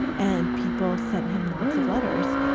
and people sent him lots of letters.